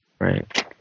Right